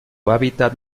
hábitat